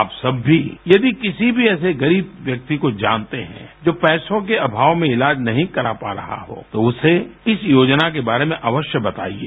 आप सब भी यदि किसी भी ऐसे गरीब व्यक्ति को जानते हैं जो पैसों के अभाव में इलाज नहीं कत्ता पा रहा हो तो उसे इस योजना के बारे में अवश्य बताइये